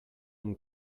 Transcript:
him